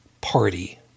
party